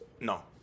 No